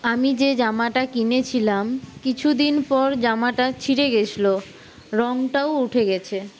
আমি যে জামাটা কিনেছিলাম কিছুদিন পর জামাটা ছিঁড়ে গিয়েছিল রংটাও উঠে গিয়েছে